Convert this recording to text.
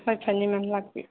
ꯍꯣꯏ ꯐꯅꯤ ꯃꯦꯝ ꯂꯥꯛꯄꯤꯌꯣ